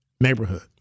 neighborhood